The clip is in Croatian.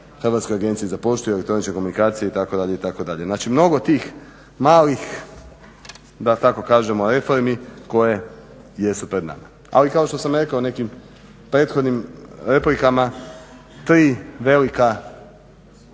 Hrvatskoj agenciji za poštu i elektroničke komunikacije itd. itd. Znači, mnogo tih malih da tako kažemo reformi koje jesu pred nama. Ali kao što sam rekao u nekim prethodnim replikama tri velika